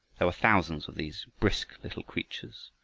there were thousands of these brisk little creatures,